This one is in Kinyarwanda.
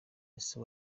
ese